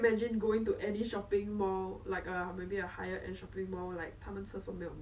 !wah! who so gung ho go and like go and argue and say don't want to the seller kind of thing